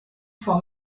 for